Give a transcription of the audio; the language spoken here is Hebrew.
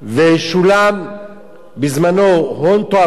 ושולם בזמנו הון תועפות,